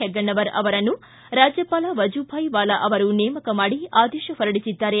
ಹೆಗ್ಗಣ್ಣವರ ಅವರನ್ನು ರಾಜ್ಯಪಾಲ ವಜೂಭಾಯಿ ವಾಲಾ ಅವರು ನೇಮಕ ಮಾಡಿ ಆದೇಶ ಹೊರಡಿಸಿದ್ದಾರೆ